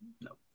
No